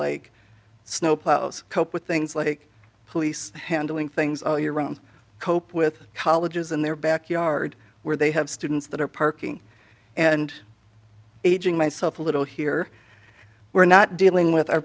like snowplows cope with things like police handling things all year round cope with colleges in their backyard where they have students that are parking and aging myself a little here we're not dealing with our